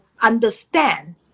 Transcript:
understand